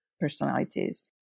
personalities